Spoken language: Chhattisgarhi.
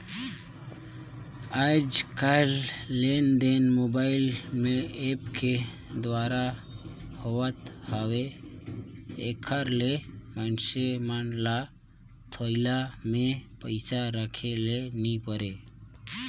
आएज काएललेनदेन मोबाईल में ऐप के दुवारा होत हवे एकर ले मइनसे ल अपन थोइला में पइसा राखे ले नी परे